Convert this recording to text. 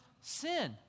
sin